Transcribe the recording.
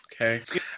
Okay